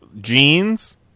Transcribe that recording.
jeans